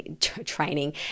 training